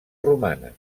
romana